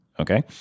Okay